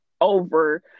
over